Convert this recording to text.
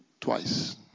twice